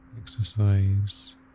exercise